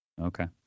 Okay